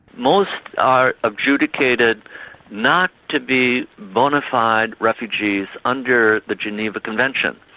most are adjudicated not to be bona fide refugees under the geneva convention.